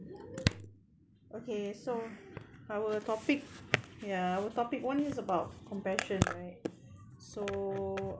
okay so our topic ya our topic one is about compassion right so